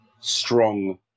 strong